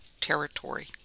Territory